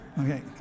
Okay